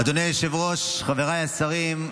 אדוני היושב-ראש, חברי השרים,